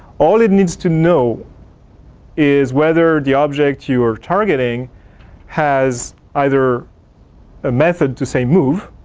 all it needs to know is whether the object you are targeting has either a method to say move.